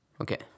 Okay